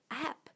app